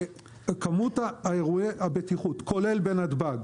כמות אירועי הבטיחות, כולל בנתב"ג